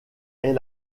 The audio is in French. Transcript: est